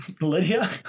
Lydia